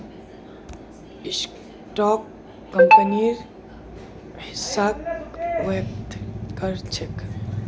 stock कंपनीर हिस्साक व्यक्त कर छेक